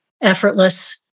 effortless